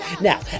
Now